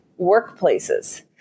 workplaces